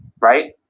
right